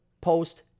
post